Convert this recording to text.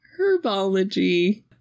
herbology